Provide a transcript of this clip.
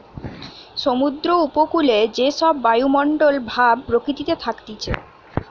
সমুদ্র উপকূলে যে সব বায়ুমণ্ডল ভাব প্রকৃতিতে থাকতিছে